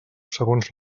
segons